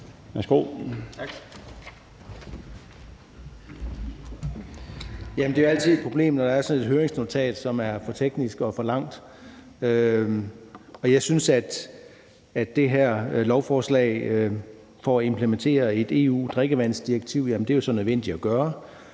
det er altid et problem, når der er sådan et høringsnotat, som er for teknisk og for langt. Jeg synes, det her lovforslag om at implementere et EU-drikkevandsdirektiv er nødvendigt, men